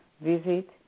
visit